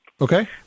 Okay